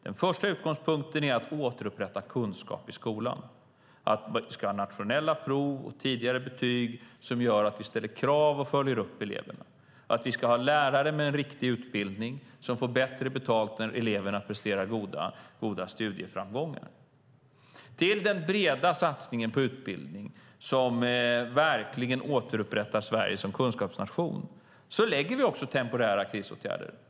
Den första utgångspunkten är att återupprätta kunskap i skolan. Man ska ha nationella prov och tidigare betyg som gör att vi ställer krav och följer upp eleverna, och vi ska ha lärare med en riktig utbildning och som får bättre betalt när eleverna presterar goda studieframgångar. Till den breda satsningen på utbildning som verkligen återupprättar Sverige som kunskapsnation lägger vi också temporära krisåtgärder.